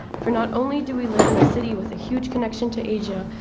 for not only do we live in a city with a huge connection to asia,